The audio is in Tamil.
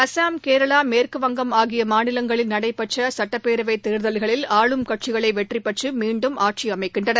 அஸ்ஸாம் கேரளா மேற்குவங்கம் ஆகிய மாநிலங்களில் நடைபெற்ற சுட்டப்பேரவைத் தேர்தல்களில் ஆளும் கட்சிளே வெற்றி பெற்று மீண்டும் ஆட்சி அமைக்கின்றன